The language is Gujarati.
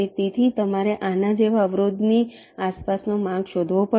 તેથી તમારે આના જેવા અવરોધની આસપાસનો માર્ગ શોધવો પડશે